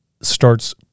starts